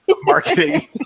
marketing